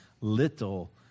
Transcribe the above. little